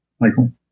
Michael